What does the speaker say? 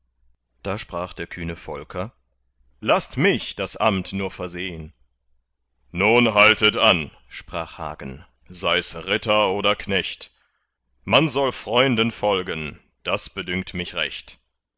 da sprach der kühne volker laßt mich das amt nur versehn nun haltet an sprach hagen sei's ritter oder knecht man soll freunden folgen das bedünkt mich recht